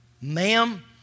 ma'am